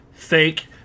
Fake